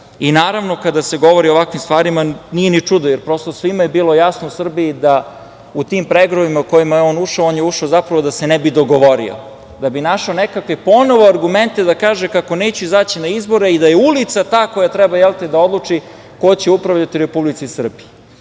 Naravno, kada se govori o ovakvim stvarima nije ni čudo, jer prosto svima je bilo jasno u Srbiji da u tim pregovorima u kojima je on ušao, one je ušao zapravo da se ne bi dogovorio, da bi našao nekakve ponovo argumente da kaže kako neće izaći na izbore i da je ulica ta koja treba da odluči ko će upravljati u Republici Srbiji. Gospodo